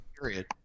Period